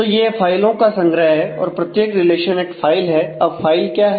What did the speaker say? तो यह फाइलों का संग्रह है और प्रत्येक रिलेशन एक फाइल है अब फाइल क्या है